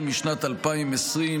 החל משנת 2020,